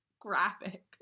graphic